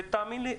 ותאמין לי,